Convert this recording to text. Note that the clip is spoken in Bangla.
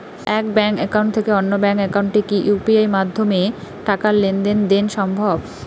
এক ব্যাংক একাউন্ট থেকে অন্য ব্যাংক একাউন্টে কি ইউ.পি.আই মাধ্যমে টাকার লেনদেন দেন সম্ভব?